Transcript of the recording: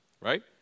right